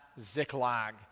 Ziklag